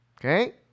Okay